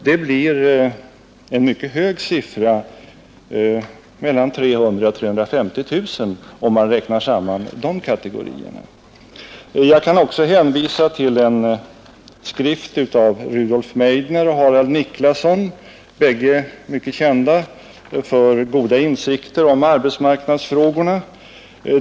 Det blir en mycket hög siffra — mellan 300 000 och 350 000 — om man räknar samman de kategorierna. Jag kan också hänvisa till en skrift av Rudolf Meidner och Harald Niklasson — bägge mycket kända för goda insikter om arbetsmarknadsfrågan.